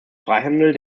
freihandel